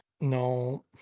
No